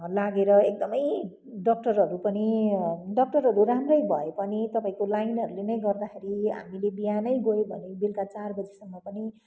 लागेर एकदमै डक्टरहरू पनि डक्टरहरू राम्रै भए पनि तपाईँको लाइनहरूले नै गर्दाखेरि हामीले बिहानै गयो भने बेलुका चार बजीसम्म पनि